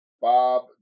Bob